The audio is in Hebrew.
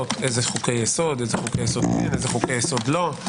איזה חוקי יסוד כן ואילו לא,